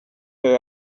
jag